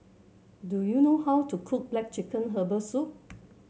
do you know how to cook black chicken Herbal Soup